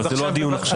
אבל זה לא הדיון עכשיו.